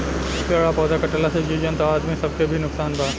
पेड़ आ पौधा कटला से जीव जंतु आ आदमी सब के भी नुकसान बा